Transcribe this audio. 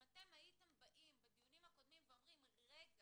אם אתם הייתם באים בדיונים הקודמים ואומרים רגע,